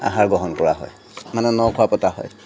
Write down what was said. আহাৰ গ্ৰহণ কৰা হয় মানে নখোৱা পতা হয়